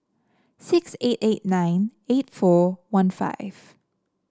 six eight eight nine eight four one five